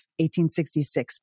1866